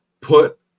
put